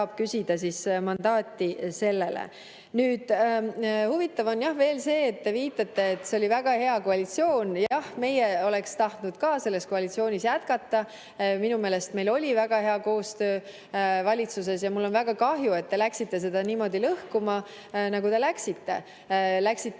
küsida mandaati. Huvitav on veel see, et te viitate, et see oli väga hea koalitsioon. Jah, meie oleks tahtnud ka selles koalitsioonis jätkata. Minu meelest oli meil väga hea koostöö valitsuses ja mul on väga kahju, et te läksite seda niimoodi lõhkuma, nagu te läksite. Te läksite